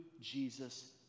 Jesus